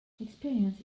experience